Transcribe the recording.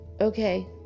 Okay